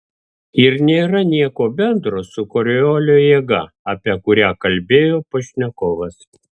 ir nėra nieko bendro su koriolio jėga apie kurią kalbėjo pašnekovas